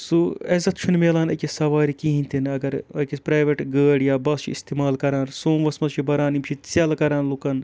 سُہ عزت چھُنہٕ میلان أکِس سَوارِ کِہیٖنۍ تہِ نہٕ اگر أکِس پرٛیویٹ گٲڑۍ یا بَس چھِ اِستعمال کَران سوموٗوَس منٛز چھِ بَران یِم چھِ ژٮ۪ل کَران لُکَن